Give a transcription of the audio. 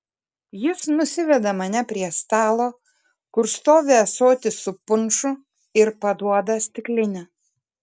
jis nusiveda mane prie stalo kur stovi ąsotis su punšu ir paduoda stiklinę